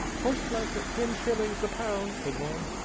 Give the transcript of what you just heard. horseflesh at ten schillings the pound, said one,